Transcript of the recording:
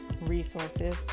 resources